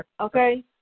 Okay